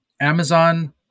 Amazon